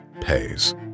pays